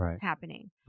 happening